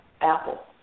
apple